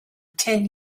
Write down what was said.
ten